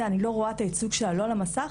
אני לא רואה את הייצוג שלה לא על המסך,